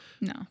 No